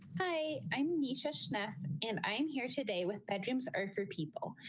hi i'm nisha snap and i'm here today with bedrooms are for people.